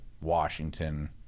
Washington